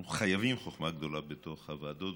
אנחנו חייבים חוכמה גדולה בתוך הוועדות